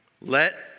Let